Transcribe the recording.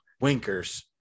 Winkers